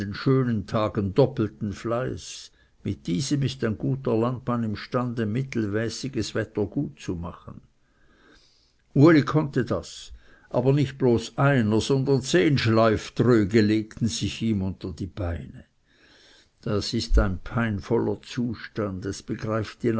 schönen tagen doppelten fleiß mit diesem ist ein guter landmann imstande mittelmäßiges wetter gut zu machen uli konnte das aber nicht bloß einer sondern zehn schleiftröge legten sich ihm unter die beine das ist ein peinvoller zustand es begreift ihn